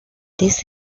this